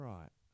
Right